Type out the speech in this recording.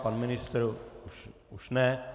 Pan ministr už ne.